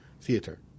theater